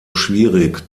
schwierig